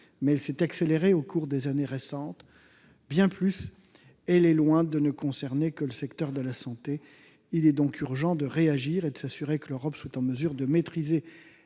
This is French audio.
mais elle s'est accrue au cours des années récentes. Elle est loin, en outre, de ne concerner que le secteur de la santé. Il est donc urgent de réagir et de s'assurer que l'Europe est en mesure de maîtriser